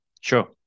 sure